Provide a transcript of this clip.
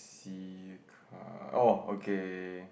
see car orh okay